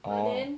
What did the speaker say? orh